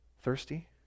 thirsty